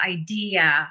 idea